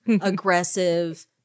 aggressive